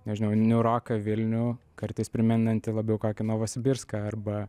nežinau niūroką vilnių kartais primenantį labiau kokį novosibirską arba